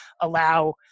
allow